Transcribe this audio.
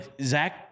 Zach